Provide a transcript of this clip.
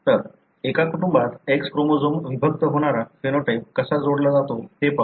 तर एका कुटुंबात X क्रोमोझोम विभक्त होणारा फेनोटाइप कसा जोडला जातो ते पाहू